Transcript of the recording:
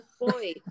boy